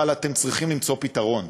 אבל אתם צריכים למצוא פתרון.